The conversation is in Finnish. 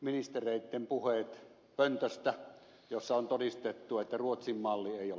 ministereitten puheet pöntöstä joissa on todistettu että ruotsin malli ei ole mahdollinen